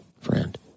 friend